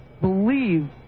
believe